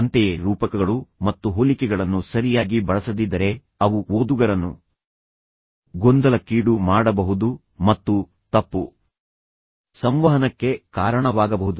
ಅಂತೆಯೇ ರೂಪಕಗಳು ಮತ್ತು ಹೋಲಿಕೆಗಳನ್ನು ಸರಿಯಾಗಿ ಬಳಸದಿದ್ದರೆ ಅವು ಓದುಗರನ್ನು ಗೊಂದಲಕ್ಕೀಡು ಮಾಡಬಹುದು ಮತ್ತು ತಪ್ಪು ಸಂವಹನಕ್ಕೆ ಕಾರಣವಾಗಬಹುದು